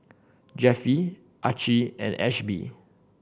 Jeffie Archie and Ashby